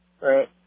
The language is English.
Right